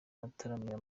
arataramira